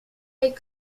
high